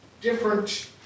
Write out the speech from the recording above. different